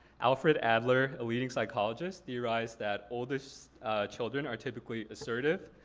alfred adler, a leading psychologist, theorized that oldest children are typically assertive,